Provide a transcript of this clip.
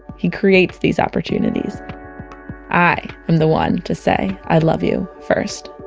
he creates these opportunities i am the one to say i love you, first